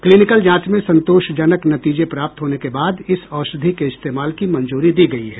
clinical जांच में संतोषजनक नतीजे प्राप्त होने के बाद इस औषधि के इस्तेमाल की मंजूरी दी गई है